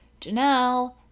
Janelle